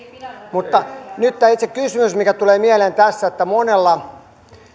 mutta nyt tämä itse kysymys mikä tulee mieleen tässä on se että monella